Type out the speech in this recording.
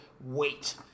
wait